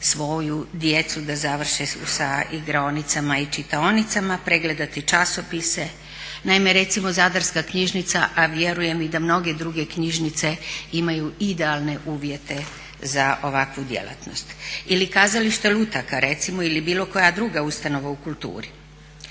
svoju djecu da završe sa igraonicama i čitaonicama, pregledati časopise. Naime, recimo zadarska knjižnica, a vjerujem i da mnoge druge knjižnice imaju idealne uvjete za ovakvu djelatnost. Ili kazalište lutaka recimo ili bilo koja druga ustanova u kulturi.